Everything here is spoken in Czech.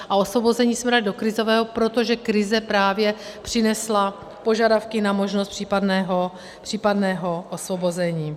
A osvobození jsme dali do krizového, protože krize právě přinesla požadavky na možnost případného osvobození.